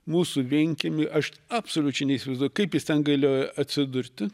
mūsų vienkiemy aš absoliučiai neįsivaizduoju kaip jis ten galėjo atsidurti